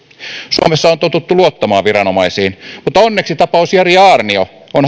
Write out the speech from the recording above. suomessa on totuttu luottamaan viranomaisiin mutta onneksi tapaus jari aarnio on